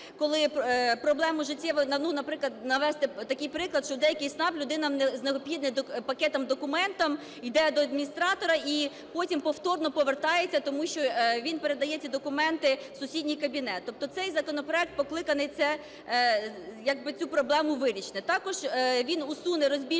Коли проблема життєва, наприклад, навести такий приклад, що в деякий ЦНАП людина з необхідним пактом документів іде до адміністратора і потім повторно повертається, тому що він передає ці документи в сусідній кабінет. Тобто цей законопроект покликаний цю проблему вирішити. Також він усуне розбіжності